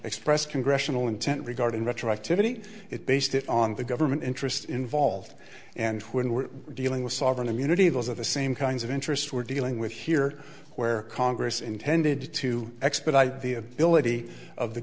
express congressional intent regarding retroactivity it based it on the government interest involved and when we're dealing with sovereign immunity those are the same kinds of interest we're dealing with here where congress intended to expedite the ability of the